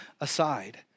aside